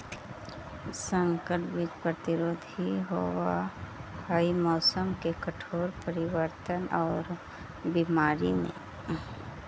संकर बीज प्रतिरोधी होव हई मौसम के कठोर परिवर्तन और बीमारी में